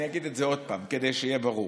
אני אגיד את זה עוד פעם, כדי שיהיה ברור.